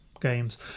games